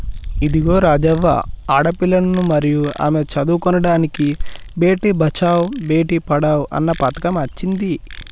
ఇదిగో రాజవ్వ ఆడపిల్లలను మరియు ఆమె చదువుకోడానికి బేటి బచావో బేటి పడావో అన్న పథకం అచ్చింది